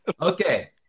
Okay